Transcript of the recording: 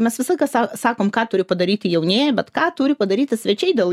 mes visą laiką sau sakom ką turi padaryti jaunieji bet ką turi padaryti svečiai dėl